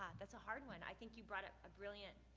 ah that's a hard one. i think you brought up a brilliant,